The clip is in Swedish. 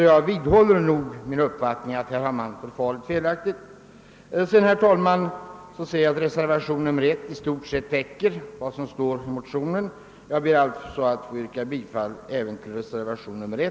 Jag vidhåller min uppfattning att man här förfarit felaktigt.